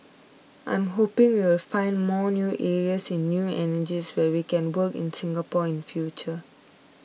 I'm hoping we will find more new areas in new energies where we can work in Singapore in the future